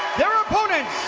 their opponents